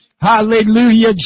Hallelujah